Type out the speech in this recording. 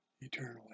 eternally